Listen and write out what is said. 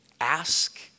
Ask